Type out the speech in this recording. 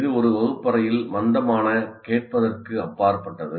இது ஒரு வகுப்பறையில் மந்தமான கேட்பதற்கு அப்பாற்பட்டது